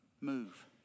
Move